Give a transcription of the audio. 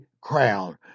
crown